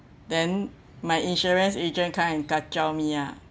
then my insurance agent come and kacau me ah